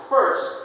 First